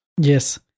Yes